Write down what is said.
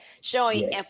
showing